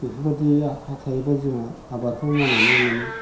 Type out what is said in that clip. बेफोरबायदि हा थायोब्ला जोंहा आबादखौ मावनानै मोनो